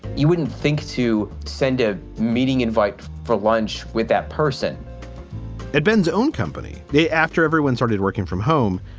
you wouldn't think to send a meeting, invite for lunch with that person at ben's own company they after everyone started working from home,